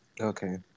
Okay